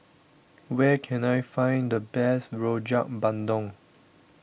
where can I find the best Rojak Bandung